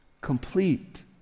complete